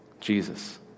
Jesus